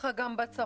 ככה זה גם בצפון.